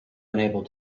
unable